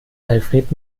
alfred